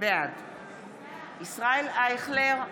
בעד ישראל אייכלר,